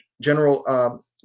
General